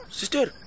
Sister